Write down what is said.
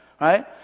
right